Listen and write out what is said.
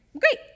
Great